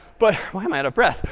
but why am i out of breath?